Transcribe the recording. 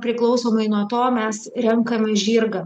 priklausomai nuo to mes renkamės žirgą